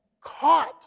caught